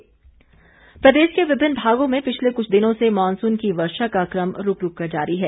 मौसम प्रदेश के विभिन्न भागों में पिछले कुछ दिनों से मॉनसून की वर्षा का क्रम रूक रूक कर जारी है